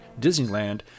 Disneyland